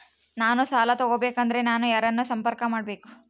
ನಾನು ಸಾಲ ತಗೋಬೇಕಾದರೆ ನಾನು ಯಾರನ್ನು ಸಂಪರ್ಕ ಮಾಡಬೇಕು?